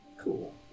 cool